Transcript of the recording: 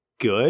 good